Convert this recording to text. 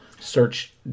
search